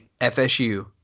FSU